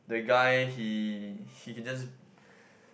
the guy he he can just